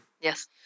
Yes